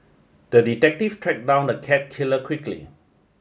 the detective track down the cat killer quickly